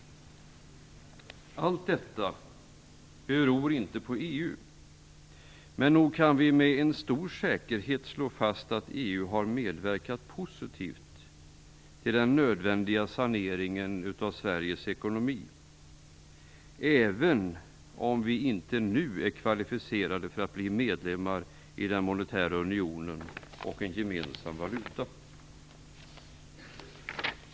Allt detta beror inte på EU. Men nog kan vi med stor säkerhet slå fast att EU har medverkat positivt till den nödvändiga saneringen av Sveriges ekonomi, även om vi inte nu är kvalificerade för att bli medlemmar i den monetära unionen och ansluta oss till en gemensam valuta.